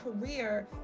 career